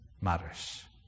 matters